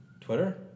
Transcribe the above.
Twitter